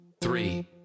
three